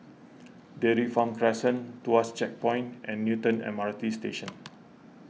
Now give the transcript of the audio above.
Dairy Farm Crescent Tuas Checkpoint and Newton M R T Station